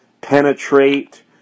penetrate